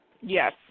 Yes